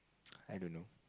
I don't know